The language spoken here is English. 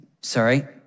sorry